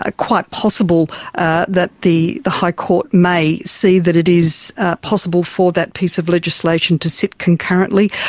ah quite possible ah that the the high court may see that it is possible for that piece of legislation to sit concurrently.